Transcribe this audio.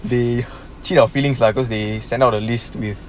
they cheat our feelings lah cause they send out the list with